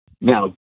Now